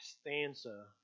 stanza